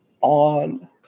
on